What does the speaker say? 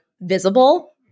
visible